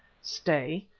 stay,